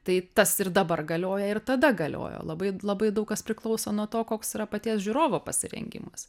tai tas ir dabar galioja ir tada galiojo labai labai daug kas priklauso nuo to koks yra paties žiūrovo pasirengimas